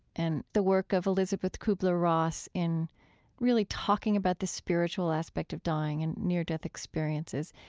and the work of elisabeth kubler-ross in really talking about the spiritual aspect of dying and near-death experiences,